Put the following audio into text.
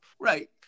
Right